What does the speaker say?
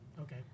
Okay